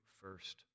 first